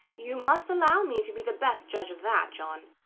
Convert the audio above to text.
you must allow me to be the best judge of that, john.